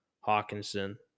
Hawkinson